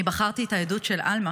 אני בחרתי את העדות של עלמה